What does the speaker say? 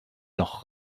noch